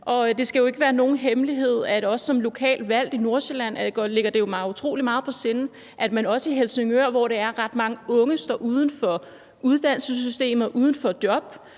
Det skal jo ikke være nogen hemmelighed, at også som lokalt valgt i Nordsjælland ligger det mig utrolig meget på sinde, at de også i Helsingør, hvor ret mange unge står uden for uddannelsessystemet og uden